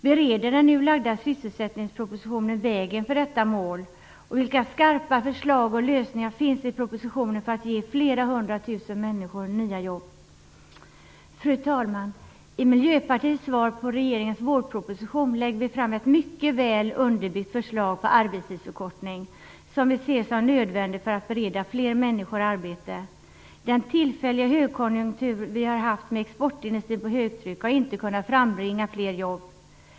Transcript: Bereder den nu framlagda sysselsättningspropositionen vägen för detta mål? Och vilka skarpa förslag och lösningar finns i propositionen för att ge flera hundra tusen människor nya jobb? Fru talman! I Miljöpartiets svar på regeringens vårproposition lägger vi fram ett mycket väl underbyggt förslag på arbetstidsförkortning, som vi ser som nödvändigt för att bereda fler människor arbete. Den tillfälliga högkonjunktur som vi har haft med exportindustrin på högtryck har inte kunnat frambringa fler jobb.